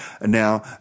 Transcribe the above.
Now